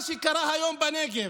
מה שקרה היום בנגב,